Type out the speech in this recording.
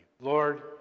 Lord